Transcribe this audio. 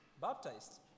baptized